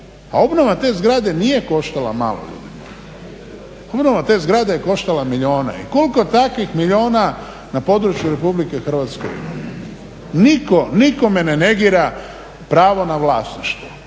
A obnova te zgrade nije koštala malo. Obnova te zgrade je koštala milijune. I koliko je takvih milijuna na području RH? Nitko nikome ne negira pravo na vlasništvo,